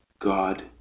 God